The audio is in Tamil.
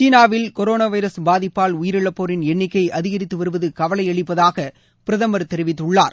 சீனாவில் கொரோனா வைரஸ் பாதிப்பால் உயிரிழப்போரின் எண்ணிக்கை அதிகரித்து வருவது கவலை அளிப்பதாக பிரதமர் தொவித்துள்ளார்